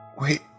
wait